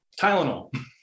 Tylenol